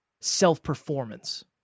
self-performance